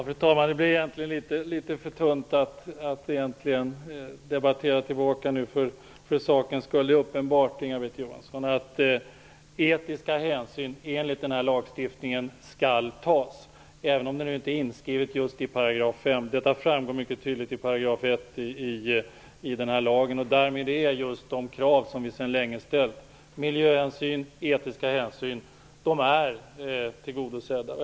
Fru talman! Det blir egentligen litet för tunt om jag nu skall replikera för sakens skull. Det är uppenbart, Inga-Britt Johansson, att etiska hänsyn enligt den här lagstiftningen skall tas, även om det inte är inskrivet i 5 §. Detta framgår mycket tydligt i 1 § i lagen. Därmed är just de krav som vi länge ställt beträffande miljöhänsyn och etiska hänsyn tillgodosedda.